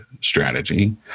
strategy